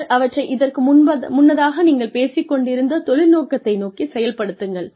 பின்னர் அவற்றை இதற்கு முன்னதாக நீங்கள் பேசிக் கொண்டிருந்த தொழில் நோக்கத்தை நோக்கிச் செயல்படுத்துங்கள்